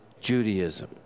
Judaism